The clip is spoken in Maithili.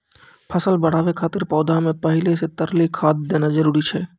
फसल बढ़ाबै खातिर पौधा मे पहिले से तरली खाद देना जरूरी छै?